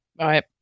Right